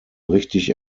richtig